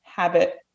habit